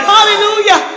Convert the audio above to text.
Hallelujah